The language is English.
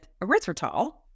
erythritol